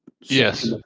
Yes